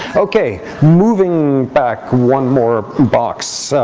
ok, moving back one more box,